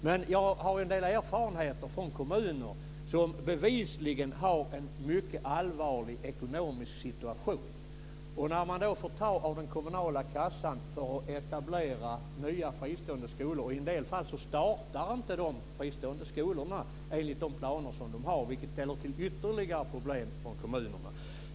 Men jag har en del erfarenheter från kommuner som bevisligen har en mycket allvarlig ekonomisk situation. Man får ta av den kommunala kassan för att etablera nya fristående skolor. I en del fall startar inte de fristående skolorna enligt de planer man har, vilket ställer till ytterligare problem för kommunerna.